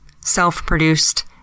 self-produced